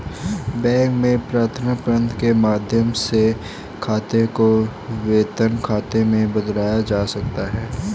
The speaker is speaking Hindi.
बैंक में प्रार्थना पत्र के माध्यम से खाते को वेतन खाते में बदलवाया जा सकता है